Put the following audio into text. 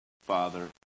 Father